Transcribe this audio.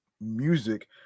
Music